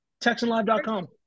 TexanLive.com